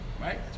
Right